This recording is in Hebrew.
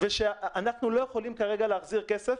אנחנו כרגע לא יכולים להחזיר כסף.